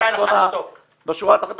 בשורה התחתונה --- בתור מי שתומך ברצח ילדים,